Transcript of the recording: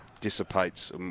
dissipates